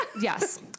Yes